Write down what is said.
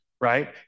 right